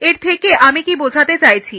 এর থেকে আমি কি বোঝাতে চাইছি